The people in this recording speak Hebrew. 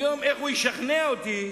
היום איך הוא ישכנע אותי